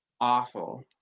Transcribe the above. awful